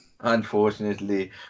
Unfortunately